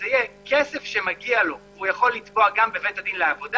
זה יהיה כסף שמגיע לו והוא יוכל לתבוע גם בבית-הדין לעבודה